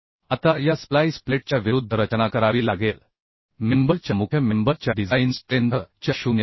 आता या स्प्लाइस प्लेटच्या विरुद्ध रचना करावी लागेल मेंबर च्या मुख्य मेंबर च्या डिझाइन स्ट्रेंथ च्या 0